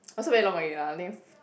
also very long already lah I think